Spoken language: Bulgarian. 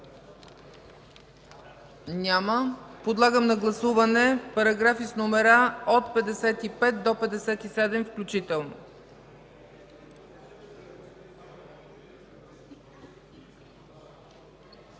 Няма. Подлагам на гласуване параграфи от 55 до 57 включително.